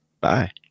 Bye